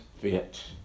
fit